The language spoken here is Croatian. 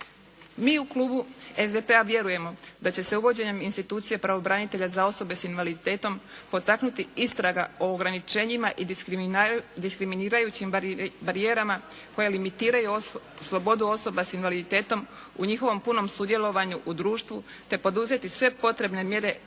Mi u klubu SDP-a vjerujemo da će se uvođenjem institucije pravobranitelja za osobe s invaliditetom potaknuti istraga o ograničenjima i diskriminirajućim barijerama koje limitiraju slobodu osoba s invaliditetom u njihovom punom sudjelovanju u društvu te poduzeti sve potrebne mjere koje